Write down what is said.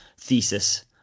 Thesis